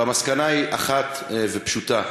והמסקנה היא אחת ופשוטה: